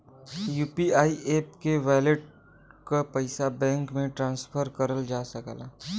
UPI app के wallet क पइसा बैंक में ट्रांसफर करल जा सकला